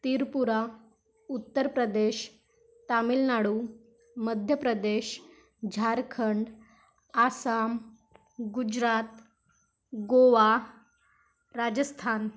Tripura Uttar Pradesh Tamil Nadu Madhya Pradesh Jharkhand Assam Gujarat Goa Rajasthan